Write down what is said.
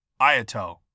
Ayato